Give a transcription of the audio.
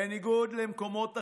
בניגוד למקומות אחרים,